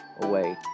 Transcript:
away